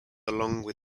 along